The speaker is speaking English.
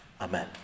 Amen